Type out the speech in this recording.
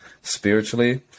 spiritually